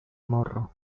morro